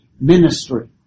ministry